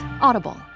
Audible